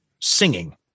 singing